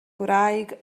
gwraig